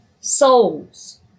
souls